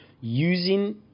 using